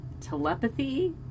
telepathy